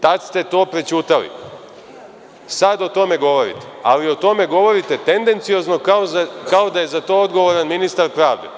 Tada ste to prećutali, sada o tome govorite, ali o tome govorite tendenciozno kao da je za to odgovoran ministar pravde.